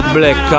Black